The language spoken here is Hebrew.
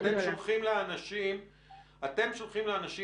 אתם שולחים לאנשים מסרון,